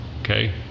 Okay